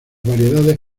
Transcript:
variedades